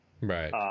Right